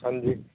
ਹਾਂਜੀ